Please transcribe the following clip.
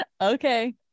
okay